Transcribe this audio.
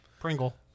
Pringle